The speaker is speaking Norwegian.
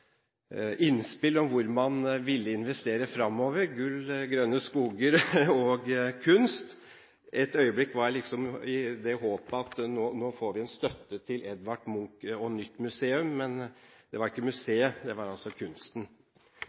innspill om hvor man ville investere fremover: gull, grønne skoger og kunst. Et øyeblikk håpet jeg at nå får vi en støtte til Edvard Munch og nytt museum, men det var ikke museet, det var altså kunsten